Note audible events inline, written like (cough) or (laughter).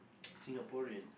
(noise) Singaporean